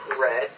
red